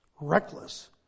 reckless